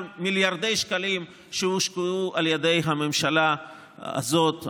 מיליארדי שקלים שהושקעו על ידי הממשלה הזאת,